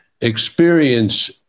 experience